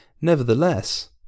Nevertheless